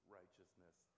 righteousness